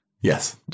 Yes